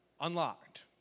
unlocked